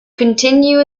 continue